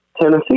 Tennessee